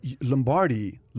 Lombardi